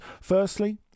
Firstly